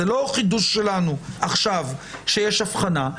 זה לא חידוש שלנו עכשיו שיש הבחנה.